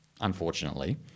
unfortunately